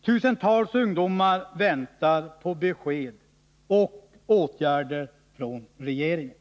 Tusentals ungdomar väntar på besked och åtgärder från regeringen.